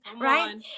right